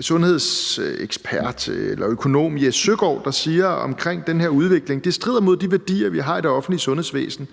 sundhedsøkonom Jes Søgaard, der om den her udvikling siger: Det strider mod de værdier, vi har i det offentlige sundhedsvæsen.